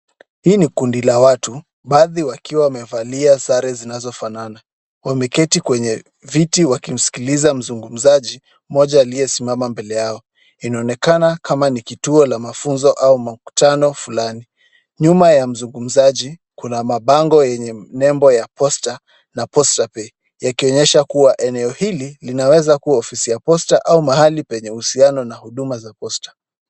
Hii ni kundi la watu, baadhi kakiwa wamevalia sare zinazofanana, wameketi kwenye viti wakimsikiliza mzungumzaji mmoja aliyesimama mbele yao. Inaonekana kama ni kituo la mafunzo au muktano fulani. Nyuma ya mzungumzaji kuna mabango yenye nembo ya posta na posta pay ikionyesha kuwa eneo hili linaweza kuwa ofisi ya posta au mahali penye uhusiano na huduma za posta.